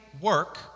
work